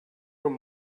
your